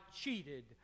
cheated